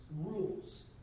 rules